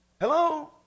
Hello